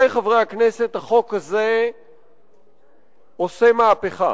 עמיתי חברי הכנסת, החוק הזה עושה מהפכה.